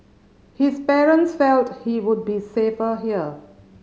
his parents felt he would be safer here